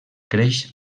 creix